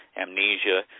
amnesia